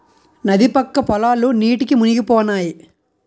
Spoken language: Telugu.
నది పక్క పొలాలు నీటికి మునిగిపోనాయి